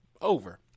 over